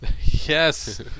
Yes